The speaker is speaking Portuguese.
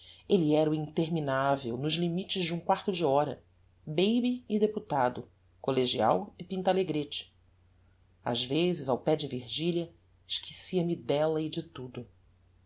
elle era o interminável nos limites de um quarto de hora baby e deputado collegial e pintalegrete ás vezes ao pé de virgilia esquecia-me della e de tudo